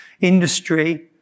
industry